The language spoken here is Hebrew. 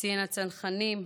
קצין הצנחנים,